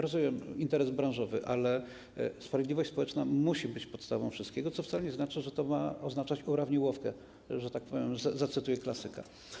Rozumiem interes branżowy, ale sprawiedliwość społeczna musi być podstawą wszystkiego, co wcale nie znaczy, że to ma być urawniłowka, że tak powiem, zacytuję klasyka.